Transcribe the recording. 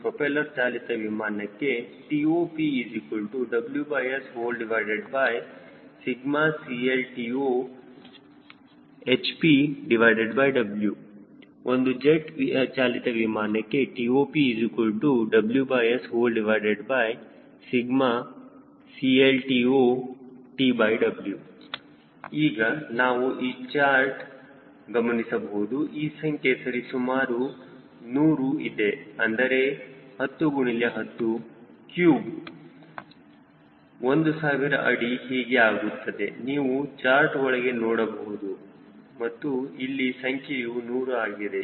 ಒಂದು ಪ್ರೋಪೆಲ್ಲರ್ ಚಾಲಿತ ವಿಮಾನಕ್ಕೆ TOPWSCLTO ಒಂದು ಜೆಟ್ ಚಾಲಿತ ವಿಮಾನಕ್ಕೆ TOPWSCLTO ಈಗ ನಾವು ಈ ಚಾರ್ಟ್ ಗಮನಿಸಬಹುದು ಈ ಸಂಖ್ಯೆ ಸರಿ ಸುಮಾರು 100 ಇದೆ ಅಂದರೆ 10 x 10 ಕ್ಯೂಬ್ 1000 ಅಡಿ ಹೀಗೆ ಆಗುತ್ತದೆ ನೀವು ಚಾರ್ಟ್ ಒಳಗೆ ನೋಡಬಹುದು ಮತ್ತು ಇಲ್ಲಿ ಸಂಖ್ಯೆಯು 100 ಆಗಿದೆ